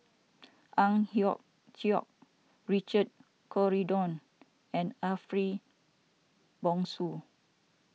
Ang Hiong Chiok Richard Corridon and Ariff Bongso